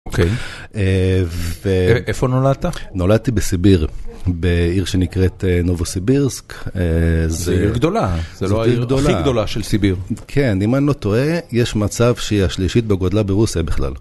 אוקיי, ו... איפה נולדת? נולדתי בסיביר, בעיר שנקראת נובוסיבירסק. זו עיר גדולה, זו עיר גדולה. זו לא העיר הכי גדולה של סיביר. כן, אם אני לא טועה, יש מצב שהיא השלישית בגודלה ברוסיה בכלל.